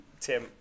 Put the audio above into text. Tim